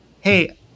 Hey